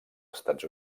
estats